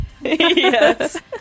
Yes